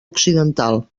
occidental